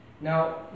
Now